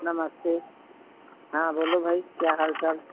नमस्ते हाँ बोलो भाई क्या हाल चाल